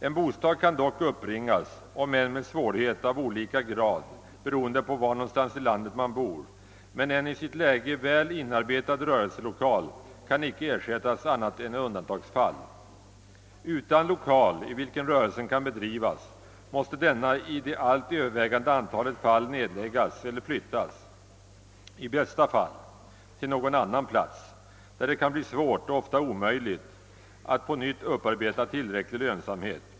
En bostad kan dock uppbringas, om än med svårighet av olika grad, beroende på var någonstans i landet man bor, men en i sitt läge väl inarbetad rörelselokal kan icke ersättas annat än i undantagsfall. Utan lokal i vilken rörelsen kan bedrivas måste denna i det allt övervägande antalet fall nedläggas eller — i bästa fall — flyttas till någon annan plats, där det kan bli svårt, ofta omöjligt, att på nytt upparbeta tillräcklig lönsamhet.